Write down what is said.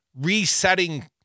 resetting